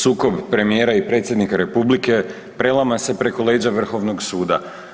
Sukob premijera i predsjednika Republike prelama se preko leđa Vrhovnog suda.